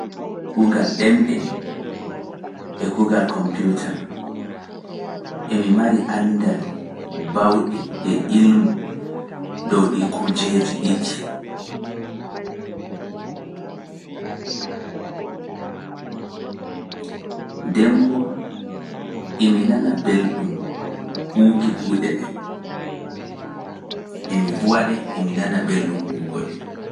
Kuugal ɗemɗe e kuugal kompiwta, emi mari anndal baawɗe e ilmu dow ɗii kujeeji ɗiɗi. Demmboo, emi nana belɗum huwuki kuuɗe ɗen, emi huwa ɗe emi nana belɗum huwu goɗe.